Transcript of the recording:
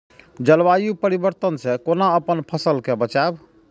जलवायु परिवर्तन से कोना अपन फसल कै बचायब?